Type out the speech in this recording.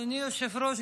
אדוני היושב-ראש,